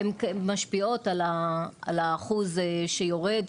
הן משפיעות על האחוז שיורד,